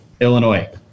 Illinois